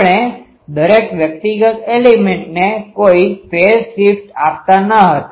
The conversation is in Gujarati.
આપણે દરેક વ્યક્તિગત એલીમેન્ટelementsતત્વોને કોઈ ફેઝ શિફ્ટ આપતા ન હતા